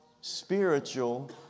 spiritual